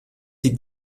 die